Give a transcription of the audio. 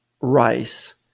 Rice